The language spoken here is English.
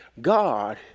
God